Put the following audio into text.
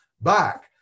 back